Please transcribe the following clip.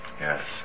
Yes